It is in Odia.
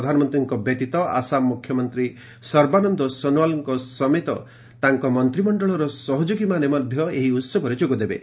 ପ୍ରଧାନମନ୍ତ୍ରୀଙ୍କ ବ୍ୟତୀତ ଆସାମ ମୁଖ୍ୟମନ୍ତ୍ରୀ ସର୍ବାନନ୍ଦ ସୋନୱାଲ ଓ ତାଙ୍କର ମନ୍ତ୍ରମଣ୍ଡଳର ସହଯୋଗୀମାନେ ଏହି ଉତ୍ସବରେ ଯୋଗଦେବେ